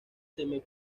semi